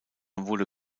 wurde